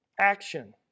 action